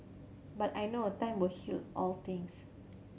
but I know time will heal all things